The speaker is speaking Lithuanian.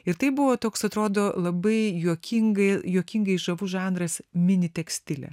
ir tai buvo toks atrodo labai juokingai juokingai žavu žanras mini tekstilė